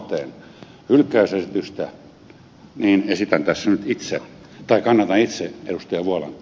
vuolanteen hylkäysesitystä niin kannatan tässä nyt itse ed